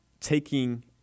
taking